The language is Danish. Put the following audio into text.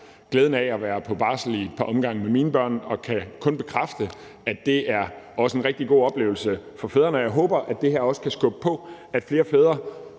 glæden af at være på barsel ad et par omgange med mine børn og kan kun bekræfte, at det også er en rigtig god oplevelse for fædrene, og jeg håber, at det her også kan skubbe på, for at flere fædre